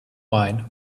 wine